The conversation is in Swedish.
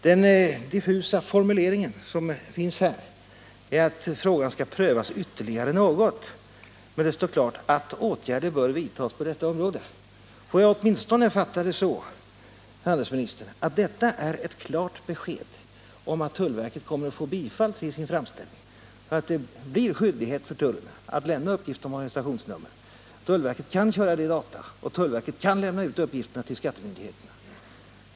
I en diffus formulering i svaret sägs att frågan skall prövas ytterligare något men att det står klart att åtgärder bör vidtas på detta område. Får jag åtminstone fatta det så, handelsministern, att detta är ett klart besked om att tullverket kommer att få bifall till sin framställning och att det blir en rättighet för tullen att kräva uppgifter om organisationsnummer? Tullverket kan då köra detta på data och kan lämna ut uppgifterna till skattemyndigheterna.